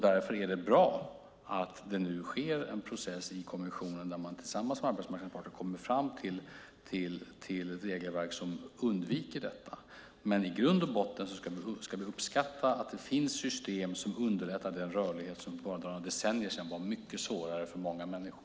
Därför är det bra att det nu sker en process i kommissionen där man tillsammans med arbetsmarknadens parter kommer fram till ett regelverk som hindrar detta. Men i grund och botten ska vi uppskatta att det finns system som underlättar den rörlighet som för bara några decennier sedan var mycket svårare för många människor.